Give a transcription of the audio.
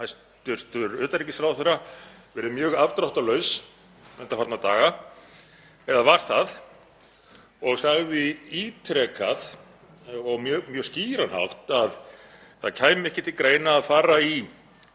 hæstv. utanríkisráðherra verið mjög afdráttarlaus undanfarna daga eða var það og sagði ítrekað og á mjög skýran hátt að það kæmi ekki til greina að fara í